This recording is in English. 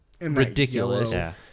ridiculous